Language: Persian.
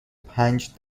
پنج